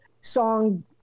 song